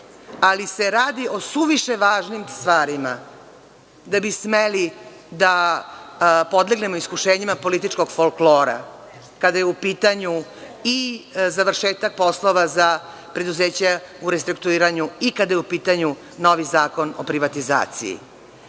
ali se radi o suviše važnim stvarima da bi smeli da podlegnemo iskušenjima političkog folklora kada je u pitanju i završetak poslova za preduzeća u restrukturiranju i kada je u pitanju novi zakon o privatizaciji. Ne